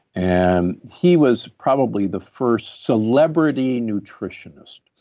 and he was probably the first celebrity nutritionist,